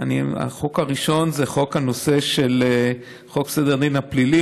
החוק הראשון זה חוק סדר הדין הפלילי,